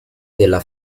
della